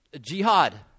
Jihad